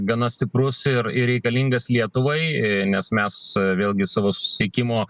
gana stiprus ir ir reikalingas lietuvai nes mes vėlgi savo susisiekimo